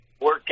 work